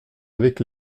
avec